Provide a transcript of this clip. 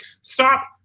stop